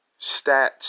stats